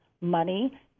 money